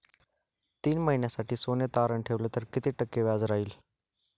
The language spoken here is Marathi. तीन महिन्यासाठी सोने तारण ठेवले तर किती टक्के व्याजदर राहिल?